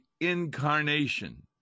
incarnation